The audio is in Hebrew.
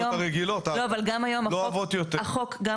אפשר לדעת את זה רק תוך ליקוט המוצרים בסופר,